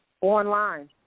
Online